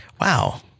Wow